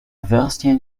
würstchen